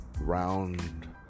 round